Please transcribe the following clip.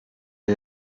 est